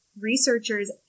researcher's